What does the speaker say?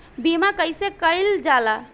बीमा कइसे कइल जाला?